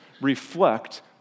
reflect